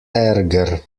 ärger